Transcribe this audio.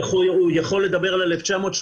איך הוא יכול לדבר על 1933?